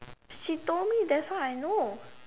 she told me that's why I know